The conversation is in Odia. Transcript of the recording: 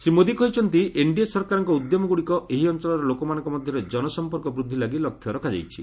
ଶ୍ରୀ ମୋଦି କହିଛନ୍ତି ଏନ୍ଡିଏ ସରକାରଙ୍କର ଉଦ୍ୟମଗୁଡ଼ିକ ଏହି ଅଞ୍ଚଳର ଲୋକମାନଙ୍କ ମଧ୍ୟରେ ଜନସଂପର୍କ ବୃଦ୍ଧି ଲାଗି ଲକ୍ଷ୍ୟ ରଖାଯାଇଛି